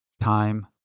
Time